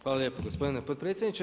Hvala lijepo gospodine potpredsjedniče.